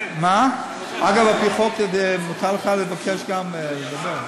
אגב, על-פי החוק מותר לך לבקש גם לדבר.